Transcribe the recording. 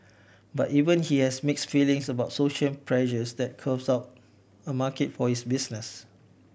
but even he has mix feelings about social pressures that carves out a market for his business